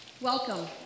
Welcome